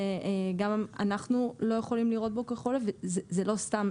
שגם אנחנו לא יכולים לראות בו כחולה וזה לא סתם,